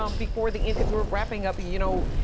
um before the end cause we're wrapping up, you know.